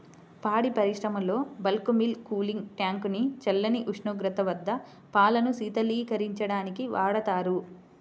పాడి పరిశ్రమలో bulk milk cooling tank ని చల్లని ఉష్ణోగ్రత వద్ద పాలను శీతలీకరించడానికి వాడతారు